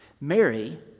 Mary